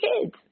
kids